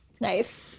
Nice